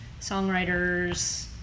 songwriters